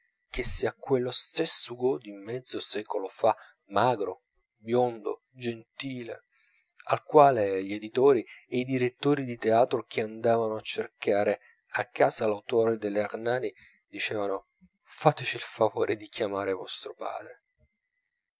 che sia quello stesso hugo di mezzo secolo fa magro biondo gentile al quale gli editori e i direttori di teatro che andavano a cercare a casa l'autore dell'ernani dicevano fateci il favore di chiamar vostro padre